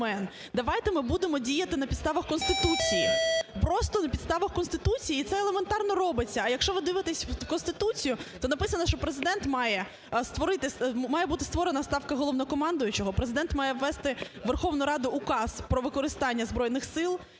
Давайте ми будемо діяти на підставах Конституції. Просто на підставах Конституції. І це елементарно робиться. А якщо ви дивитеся в Конституцію, то написано, що Президент має створити… має бути створена ставка головнокомандувача, Президент має ввести в Верховну Раду указ про використання Збройних Сил,